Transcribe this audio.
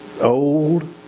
old